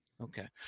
Okay